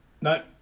No